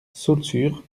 saulxures